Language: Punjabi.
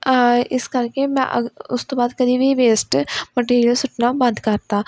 ਇਸ ਕਰਕੇ ਮੈਂ ਉਸ ਤੋਂ ਬਾਅਦ ਕਦੇ ਵੀ ਵੇਸਟ ਮਟੀਰੀਅਲ ਸੁੱਟਣਾ ਬੰਦ ਕਰਤਾ